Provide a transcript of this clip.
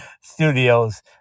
studios